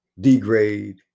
degrade